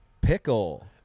Pickle